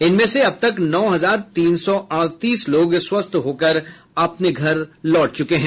इनमें से अब तक नौ हजार तीन सौ अड़तीस लोग स्वस्थ होकर अपने घर लौट चुके हैं